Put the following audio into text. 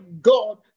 God